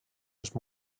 els